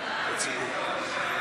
לגמרי.